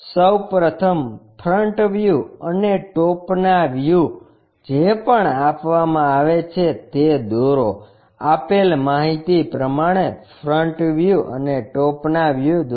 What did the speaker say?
સૌ પ્રથમ front view અને ટોપના વ્યૂ જે પણ આપવામાં આવે છે તે દોરો આપેલ માહિતી પ્રમાણે ફ્રન્ટ વ્યૂ અને ટોપના વ્યૂ દોરો